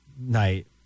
night